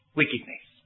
wickedness